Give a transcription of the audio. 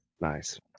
Nice